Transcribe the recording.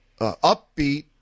upbeat